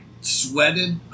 sweated